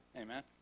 Amen